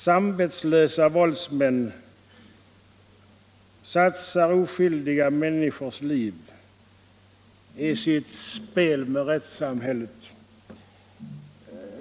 Samvetslösa våldsmän satsar oskyldiga människors liv i sitt spel med rättssamhället.